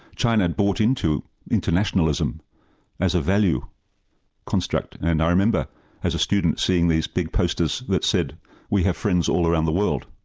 china and bought into internationalism as a value construct, and i remember as a student, seeing these big posters that said we have friend all around the world.